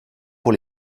pour